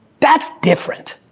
that's different,